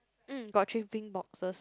mm got three pink boxes